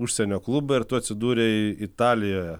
užsienio klube ir tu atsidūrei italijoje